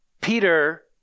Peter